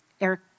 Eric